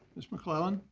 ms. mcclellan.